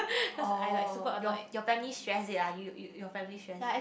orh your your family stress it ah you you your family stress